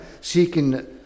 Seeking